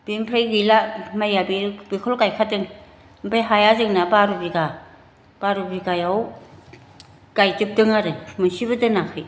बेनिफ्राय गैला माइया बे बेखौल' गायखादों ओमफ्राय हाया जोंना बार' बिगा बार' बिगायाव गायजोबदों आरो मोनसेबो दोनाखै